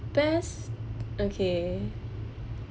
best okay